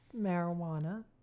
marijuana